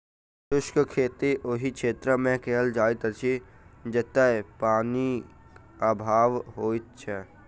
शुष्क खेती ओहि क्षेत्रमे कयल जाइत अछि जतय पाइनक अभाव होइत छै